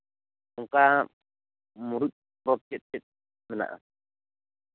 ᱚᱱᱠᱟ ᱢᱩᱲᱩᱫ ᱯᱚᱨᱚᱵᱽ ᱪᱮᱫ ᱪᱮᱫ ᱠᱚ ᱢᱮᱱᱟᱜᱼᱟ